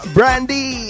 Brandy